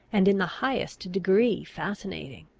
and in the highest degree fascinating.